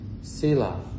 sila